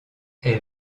est